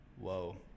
Whoa